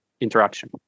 interaction